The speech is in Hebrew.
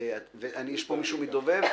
יש פה מישהו מדובב?